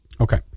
okay